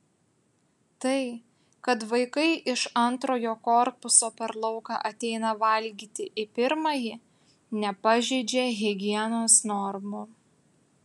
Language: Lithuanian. tai kad vaikai iš antrojo korpuso per lauką ateina valgyti į pirmąjį nepažeidžia higienos normų